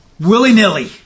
willy-nilly